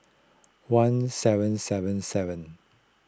one seven seven seven